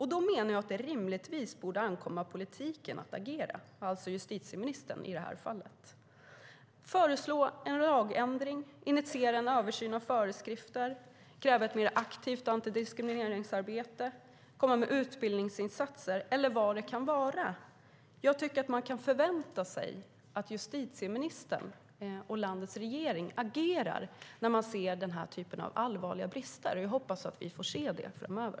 Jag menar att det rimligen borde ankomma på politiken, alltså justitieministern i det här fallet, att agera genom att föreslå en lagändring, initiera en översyn av föreskrifterna, kräva ett mer aktivt antidiskrimineringsarbete, komma med utbildningsinsatser eller vad det kan vara. Jag tycker att man kan förvänta sig att justitieministern och landets regering agerar när de ser den här typen av allvarliga brister, och jag hoppas att vi får se dem göra det framöver.